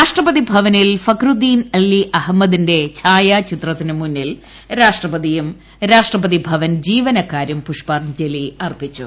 രാഷ്ട്രപതി ഭവനിൽ ഫക്രുദീൻ അലി അഹമ്മദിന്റെ ഛായാചിത്രത്തിന് മുന്നിൽ രാഷ്ട്രപതിയും രാഷ്ട്രപതി ഭവൻ ജീവനക്കാരും പുഷ്പാഞ്ജലി അർപ്പിച്ചു